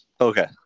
Okay